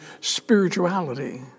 spirituality